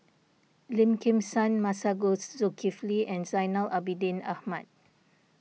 Lim Kim San Masagos Zulkifli and Zainal Abidin Ahmad